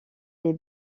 les